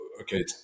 okay